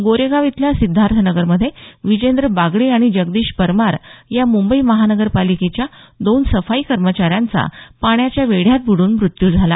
गोरेगाव इथल्या सिद्धार्थनगरमधे विजेंद्र बागडी आणि जगदीश परमार या मुंबई महानगरपालिकेच्या दोन सफाई कर्मचाऱ्यांचा पाण्याच्या वेढ्यात बुडून मृत्यू झाला